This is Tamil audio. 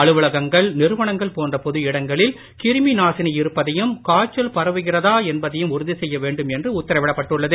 அலுவலகங்கள் நிறுவனங்கள் போன்ற பொது இடங்களில் கிரிமி நாசினி இருப்பதையும் காய்ச்சல் பரவுகிறதா என்பதையும் உறுதி செய்ய வேண்டும் என்று உத்தரவிடப்பட்டுள்ளது